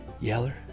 Yeller